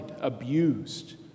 abused